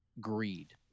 greed